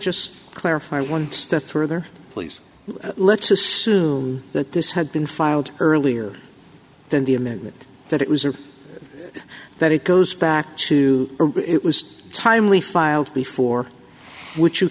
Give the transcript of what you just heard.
just clarify one step further please let's assume that this had been filed earlier than the amendment that it was or that it goes back to it was timely filed before which you